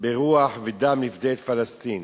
"ברוח ודם נפדה את פלסטין",